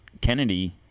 Kennedy